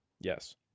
Yes